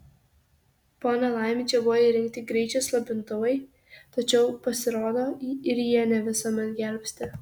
po nelaimių čia buvo įrengti greičio slopintuvai tačiau pasirodo ir jie ne visuomet gelbsti